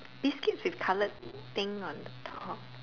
biscuits with colour thing on top